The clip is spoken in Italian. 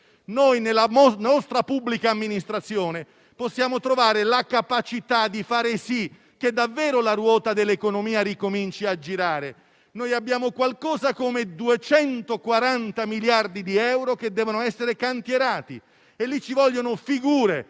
Nella nostra pubblica amministrazione possiamo trovare la capacità di far sì che davvero la ruota dell'economia ricominci a girare. Abbiamo qualcosa come 240 miliardi di euro che devono essere cantierati. Occorrono figure,